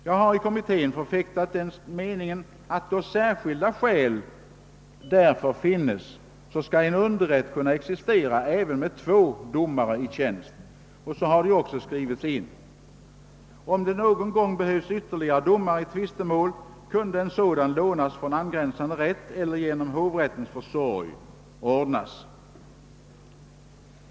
Jag har i kommittén förfäktat den meningen, att då särskilda skäl därtill finns skall en underrätt kunna existera även med två domare i tjänst. Så har det också skrivits in i betänkandet. Om man någon gång behöver ytterligare domare i tvistemål kan sådan lånas från angränsande rätt eller ordnas genom hovrättens försorg.